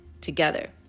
together